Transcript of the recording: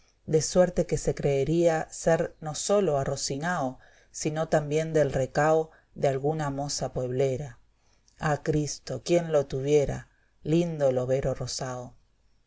de suerte que se creería ser no sólo arrocinao sino también del recao de alguna moza pueblera ah cristo quién lo tuviera lindo el overo rosao